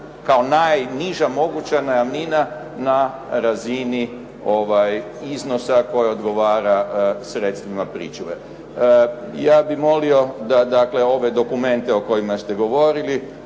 kao najniža moguća najamnina na razini iznosa koji odgovara sredstvima pričuve. Ja bih molio da, dakle ove dokumente o kojima ste govorili